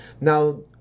Now